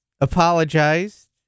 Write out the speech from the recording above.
apologized